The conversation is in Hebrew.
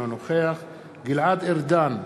אינו נוכח גלעד ארדן,